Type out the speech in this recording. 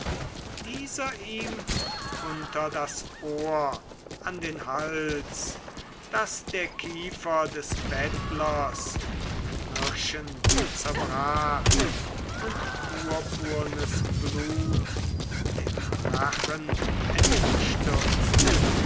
dieser ihm unter das ohr an den hals daß der kiefer des bettlers knirschend zerbrach und purpurnes blut dem rachen